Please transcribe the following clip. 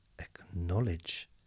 acknowledge